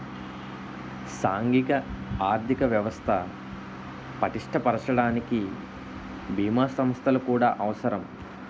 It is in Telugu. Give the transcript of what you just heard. సాంఘిక ఆర్థిక వ్యవస్థ పటిష్ట పరచడానికి బీమా సంస్థలు కూడా అవసరం